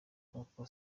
nk’uko